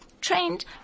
trained